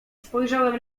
spojrzałem